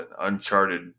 Uncharted